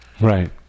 right